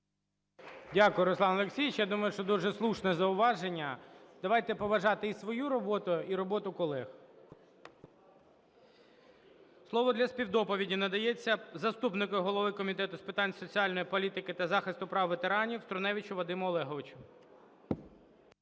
Дякую, Руслане Олексійовичу. Я думаю, що дуже слушне зауваження. Давайте поважати і свою роботу, і роботу колег. Слово для співдоповіді надається заступнику голови Комітету з питань соціальної політики та захисту права ветеранів Струневичу Вадиму Олеговичу.